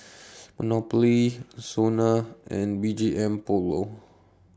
Monopoly Sona and B G M Polo